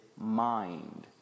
mind